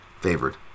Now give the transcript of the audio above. favored